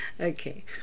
okay